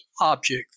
object